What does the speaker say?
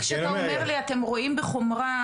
כשאתה אומר לי שאתם רואים בחומרה,